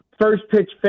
First-pitch